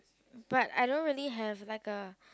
but I don't really have like a